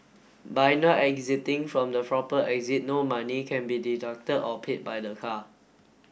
by not exiting from the proper exit no money can be deducted or paid by the car